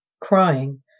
crying